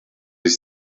sich